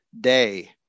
day